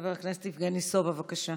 חבר הכנסת יבגני סובה, בבקשה.